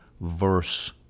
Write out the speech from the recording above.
verse